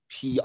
PR